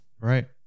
Right